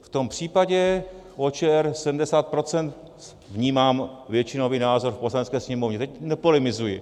V tom případě OČR 70 %, vnímám většinový názor v Poslanecké sněmovně, nepolemizuji.